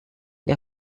der